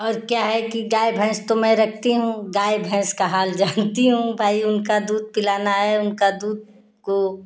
और क्या है कि गाय भैंस तो मैं रखती हूँ गाय भैंस का हाल जानती हूँ भाई उनका दूध पिलाना है उनका दूध को